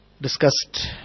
discussed